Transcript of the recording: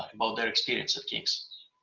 about their experience of king's.